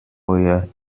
euer